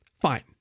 Fine